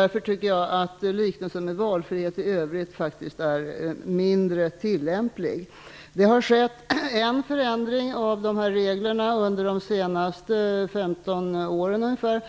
Jag tycker därför att lik nelsen med valfrihet i övrigt är mindre tillämplig. Det har skett en förändring av dessa regler un der de senaste 15 åren, nämligen